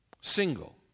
Single